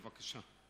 בבקשה.